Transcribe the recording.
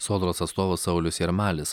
sodros atstovas saulius jarmalis